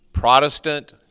Protestant